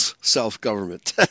self-government